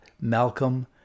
Malcolm